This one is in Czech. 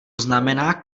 znamená